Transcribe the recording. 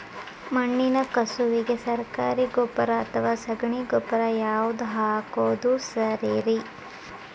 ಮಣ್ಣಿನ ಕಸುವಿಗೆ ಸರಕಾರಿ ಗೊಬ್ಬರ ಅಥವಾ ಸಗಣಿ ಗೊಬ್ಬರ ಯಾವ್ದು ಹಾಕೋದು ಸರೇರಿ?